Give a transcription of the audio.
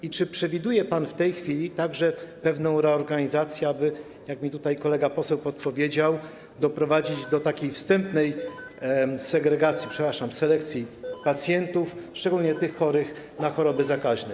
I czy przewiduje pan w tej chwili także pewną reorganizację, aby - jak mi tutaj kolega poseł podpowiedział - doprowadzić do takiej wstępnej segregacji, przepraszam, selekcji pacjentów, szczególnie tych chorych na choroby zakaźne?